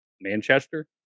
Manchester